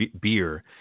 beer